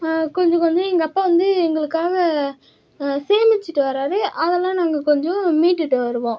கொஞ்சம் கொஞ்சம் எங்கள் அப்பா வந்து எங்களுக்காக சேமிச்சுட்டு வராரு அதெல்லாம் நாங்கள் கொஞ்சம் மீட்டுகிட்டு வருவோம்